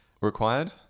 required